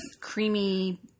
creamy